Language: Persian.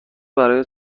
برای